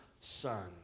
son